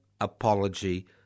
apology